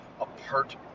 apart